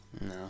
No